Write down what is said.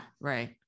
right